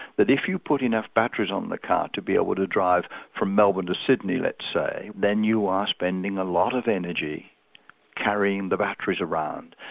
but if you put enough batteries on the car to be able to drive from melbourne to sydney let's say, then you are spending a lot of energy carrying the batteries around.